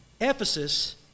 Ephesus